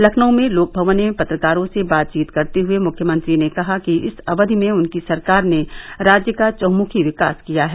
लखनऊ में लोकभवन में पत्रकारों से बात करते हुए मुख्यमंत्री ने कहा कि इस अवधि में उनकी सरकार ने राज्य का चहुमुखी विकास किया है